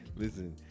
Listen